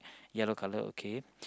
yellow colour okay